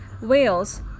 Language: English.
Wales